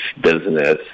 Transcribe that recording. business